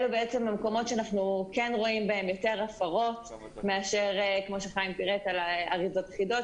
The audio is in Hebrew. אלה המקומות שבהם אנחנו רואים יותר הפרות מאשר על אריזות אחידות.